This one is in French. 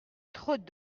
trop